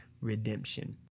redemption